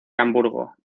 hamburgo